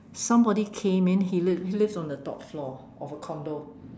somebody came in he live he lives on the top floor of a condo